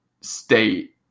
State